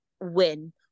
win